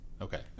Okay